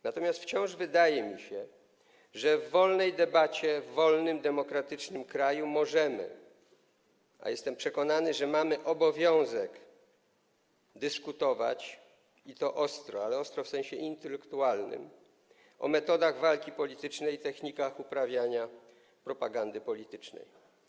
Natomiast wciąż wydaje mi się, że w wolnej debacie w wolnym demokratycznym kraju możemy, a jestem przekonany, że mamy obowiązek, dyskutować, i to ostro, ale ostro w sensie intelektualnym, o metodach walki politycznej i technikach uprawiania propagandy politycznej.